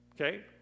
Okay